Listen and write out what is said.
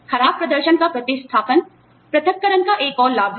खराब प्रदर्शन का प्रतिस्थापन पृथक्करण का एक और लाभ है